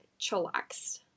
chillaxed